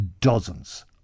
dozens